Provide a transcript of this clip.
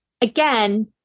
again